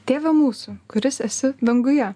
tėve mūsų kuris esi danguje